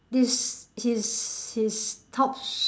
this his his top